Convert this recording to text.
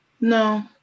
No